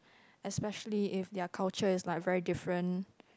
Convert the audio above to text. especially if their culture is like very different